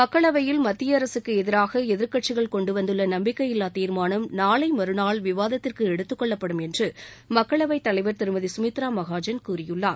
மக்களவையில் மத்திய அரசுக்கு எதிராக எதிர்க்கட்சிகள் கொண்டுவந்துள்ள நம்பிக்கையில்லா தீர்மானம் நாளை மறுநாள் விவாதத்திற்கு எடுத்துக்கொள்ளப்படும் என்று மக்களவைத்தலைவர் திருமதி சுமித்ரா மகாஜன் கூறியுள்ளார்